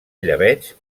llebeig